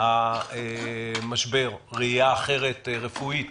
המשבר ראייה רפואית אחרת